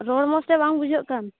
ᱨᱚᱲ ᱢᱚᱡᱽᱛᱮ ᱵᱟᱝ ᱵᱩᱡᱷᱟᱹᱜ ᱠᱟᱱᱟ